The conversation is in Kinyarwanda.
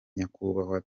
nyakubahwa